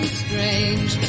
strange